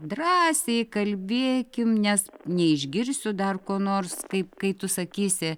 drąsiai kalbėkim nes neišgirsiu dar ko nors kaip kai tu sakysi